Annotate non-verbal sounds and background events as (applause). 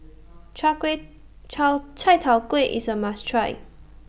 (noise) Chai Kway Chai Tow Kway IS A must Try